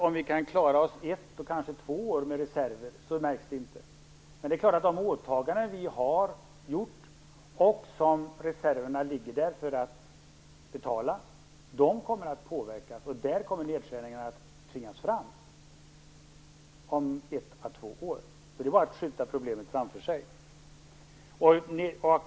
Om vi kan klara oss ett och kanske två år med reserver märks det kanske inte, men de åtaganden som vi har gjort och som reserverna ligger där för att betala kommer att påverkas. Där kommer nedskärningarna att tvingas fram om ett à två år. Det är alltså bara att skjuta problemet framför sig.